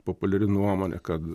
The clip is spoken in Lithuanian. populiari nuomonė kad